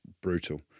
brutal